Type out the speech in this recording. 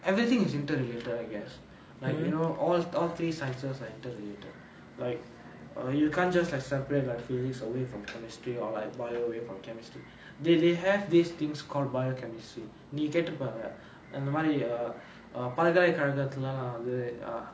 everything is inter related I guess like you know all all three sciences are inter related like err you can't just like separate like physics away from chemistry or like bio away from chemistry they they have these things called biochemistry நீ கேட்டுப்பாரே இந்தமாரி:nee kaettupaarae inthamaari err பல்கலைகழகத்துல வந்து:palkalaikalakathula vanthu err